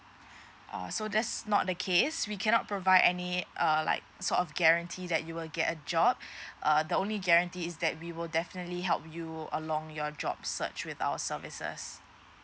ah so that's not the case we cannot provide any err like sort of guarantee that you will get a job uh the only guarantee is that we will definitely help you along your job search with our services